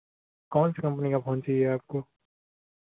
कौन सी कंपनी का फोन चाहिए आपको